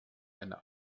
eine